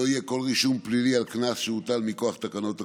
שלא יהיה כל רישום פלילי על קנס שהוטל מכוח תקנות הקורונה.